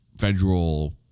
federal